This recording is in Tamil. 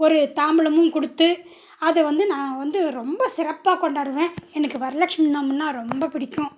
ஒரு தாம்பூலமும் கொடுத்து அதை வந்து நான் வந்து ரொம்ப சிறப்பாக கொண்டாடுவேன் எனக்கு வரலக்ஷ்மி நோம்புனால் ரொம்ப பிடிக்கும்